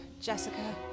Jessica